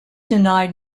denied